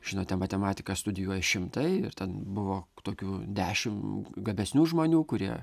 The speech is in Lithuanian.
žinote matematiką studijuoja šimtai ir ten buvo tokių dešim gabesnių žmonių kurie